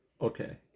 okay